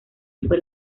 fue